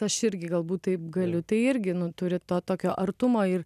aš irgi galbūt taip galiu tai irgi nu turi to tokio artumo ir